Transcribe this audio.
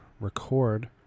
record